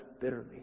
bitterly